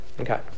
Okay